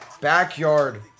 backyard